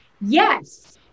Yes